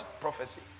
prophecy